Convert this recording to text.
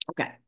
Okay